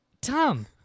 Tom